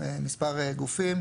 מספר גופים.